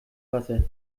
wasser